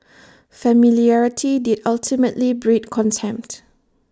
familiarity did ultimately breed contempt